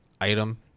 item